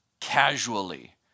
casually